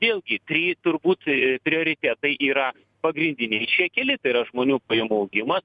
vėlgi trys turbūt prioritetai yra pagrindiniai šie keli tai yra žmonių pajamų augimas